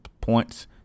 points